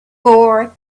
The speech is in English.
for